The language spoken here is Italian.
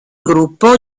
gruppo